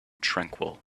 tranquil